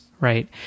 right